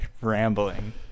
rambling